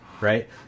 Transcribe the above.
right